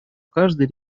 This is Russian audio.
каждой